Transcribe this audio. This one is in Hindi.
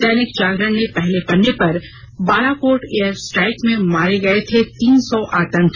दैनिक जागरण ने अपने पहले पन्ने पर बालाकोट एयर स्ट्राइक में मारे गये थे तीन सौ आतंकी